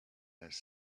has